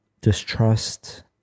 distrust